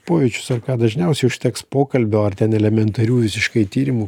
pojūčius ar ką dažniausiai užteks pokalbio ar ten elementarių visiškai tyrimų